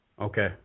Okay